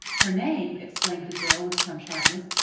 her name? exclaimed the girl with some sharpness,